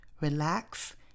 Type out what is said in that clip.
relax